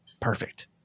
perfect